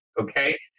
okay